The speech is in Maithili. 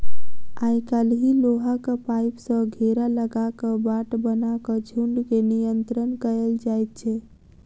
आइ काल्हि लोहाक पाइप सॅ घेरा लगा क बाट बना क झुंड के नियंत्रण कयल जाइत छै